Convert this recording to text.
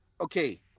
okay